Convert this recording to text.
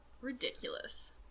ridiculous